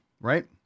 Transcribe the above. right